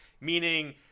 meaning